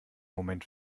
moment